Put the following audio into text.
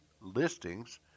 listings